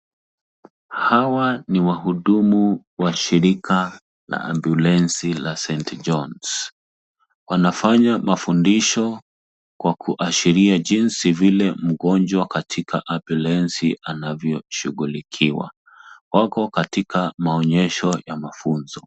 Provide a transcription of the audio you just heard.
Hawa ni wahudumu wa shirika la ambulance la Saint John. Wanafanya mafundisho kwa kuashiria jinsi vile mgonjwa katika ambulance anavyoshughulikiwa. Wako katika maonyesho ya mafunzo.